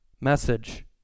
message